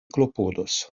klopodos